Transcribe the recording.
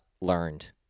learned